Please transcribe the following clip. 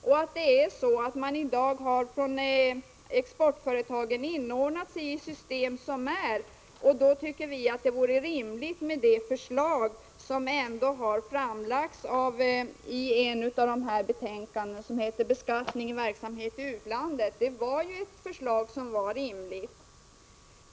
Exportföretagen har i dag inordnat sig i nuvarande system. Vi tycker därför att det förslag som framfördes i betänkandet Beskattning i verksamhet i utlandet är rimligt.